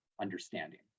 understanding